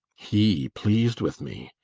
he pleased with me!